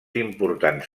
importants